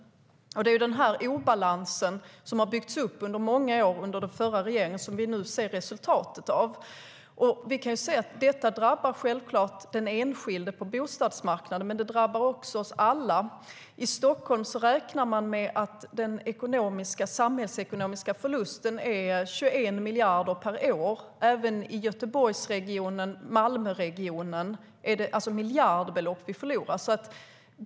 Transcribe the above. Det är den obalansen, som har byggts upp under många år under den förra regeringen, som vi nu ser resultatet av. Detta drabbar självklart den enskilde på bostadsmarknaden, men det drabbar också oss alla. I Stockholm räknar man med att den samhällsekonomiska förlusten är 21 miljarder per år. Även i Göteborgsregionen och Malmöregionen är det miljardbelopp vi förlorar.